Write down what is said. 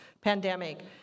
pandemic